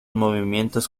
movimientos